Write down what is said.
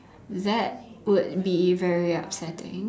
that would be very upsetting